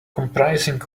comprising